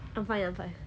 need me to off the aircon